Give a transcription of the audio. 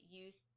use